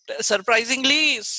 surprisingly